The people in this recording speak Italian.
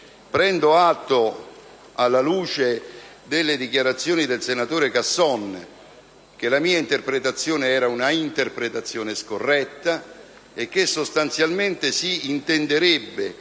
Prendo atto, alla luce delle dichiarazioni del senatore Casson, che la mia interpretazione era scorretta e che sostanzialmente si intenderebbe,